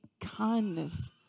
kindness